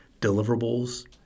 deliverables